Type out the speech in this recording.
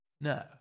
No